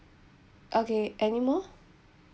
okay any more